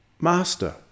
Master